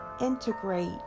integrate